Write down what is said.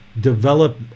develop